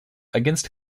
against